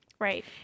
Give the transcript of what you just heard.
Right